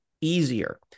easier